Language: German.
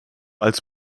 als